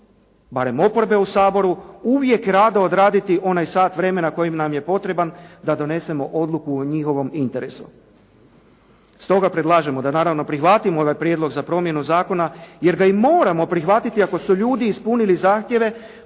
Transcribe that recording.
barem oporbe u Saboru, uvijek rado odraditi onaj sat vremena koji nam je potreban da donesemo odluku o njihovom interesu. Stoga predlažemo da naravno prihvatimo ovaj prijedlog za promjenu zakona, jer ga i moramo prihvatiti ako su ljudi ispunili zahtjeve